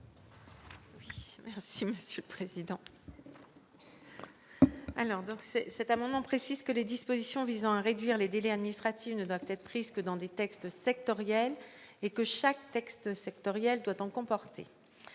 l'avis de la commission spéciale ? Cet amendement tend à préciser que les dispositions visant à réduire les délais administratifs ne doivent être prises que dans des textes sectoriels et que chaque texte sectoriel doit en comporter.